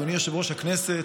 אדוני יושב-ראש הכנסת,